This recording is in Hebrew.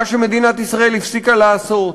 מה שמדינת ישראל הפסיקה לעשות,